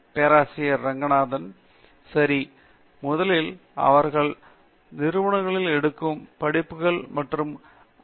பேராசிரியர் டி ரெங்கநாதன் சரி சரி முதன்முதலில் அவர்கள் தங்கள் நிறுவனங்களில் எடுக்கும் படிப்புகள் மற்றும் ஐ